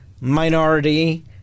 minority